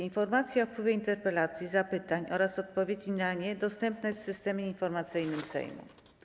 Informacja o wpływie interpelacji, zapytań oraz odpowiedzi na nie dostępna jest w Systemie Informacyjnym Sejmu.